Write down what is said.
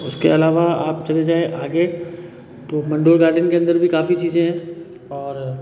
उसके अलावा आप चले जाएँ आगे तो मंडोर गार्डन के अंदर भी काफ़ी चीज़ें हैं और